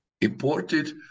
imported